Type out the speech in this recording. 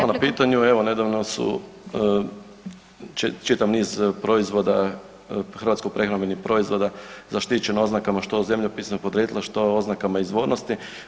Hvala na pitanju, evo nedavno su čitav niz proizvoda, hrvatskih prehrambenih proizvoda zaštićeno oznakama što zemljopisnog podrijetla, što oznakama izvornosti.